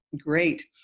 great